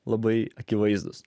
labai akivaizdūs